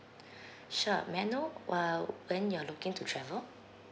sure may I know uh when you're looking to travel